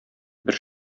бер